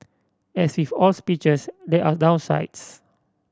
as with all speeches there are downsides